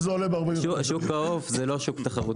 שוק העוף זה לא שוק תחרותי.